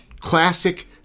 classic